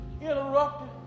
interrupted